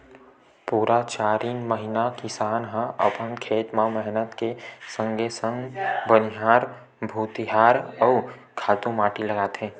पुरा चारिन महिना किसान ह अपन खेत म मेहनत के संगे संग बनिहार भुतिहार अउ खातू माटी ल लगाथे